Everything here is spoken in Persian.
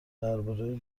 درباره